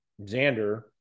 Xander